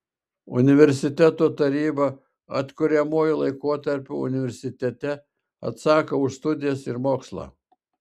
universiteto taryba atkuriamuoju laikotarpiu universitete atsako už studijas ir mokslą